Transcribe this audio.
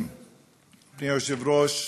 אדוני היושב-ראש,